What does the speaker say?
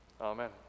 Amen